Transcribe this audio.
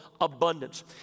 abundance